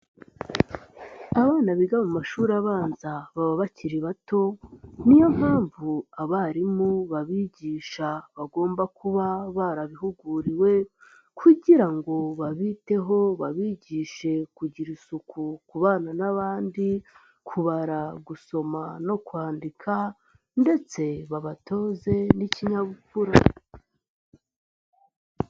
Abana biga mu mashuri abanza baba bakiri bato niyo mpamvu abarimu babigisha bagomba kuba barabihuguriwe kugira ngo babiteho babigishe kugira isuku, kubana n'abandi, kubara, gusoma, no kwandika ndetse babatoze n'ikinyabupfura.